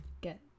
get